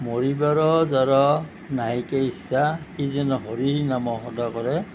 মৰিবাৰ যাৰ নাহিকে ইচ্ছা সি যেন হৰি নাম সদা কৰে